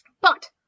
But